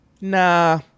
Nah